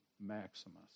Maximus